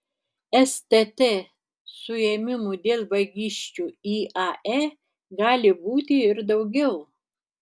stt suėmimų dėl vagysčių iae gali būti ir daugiau